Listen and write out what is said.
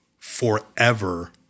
forever